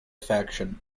faction